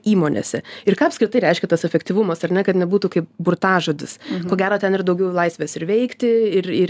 įmonėse ir ką apskritai reiškia tas efektyvumas ar ne kad nebūtų kaip burtažodis ko gero ten ir daugiau laisvės ir veikti ir ir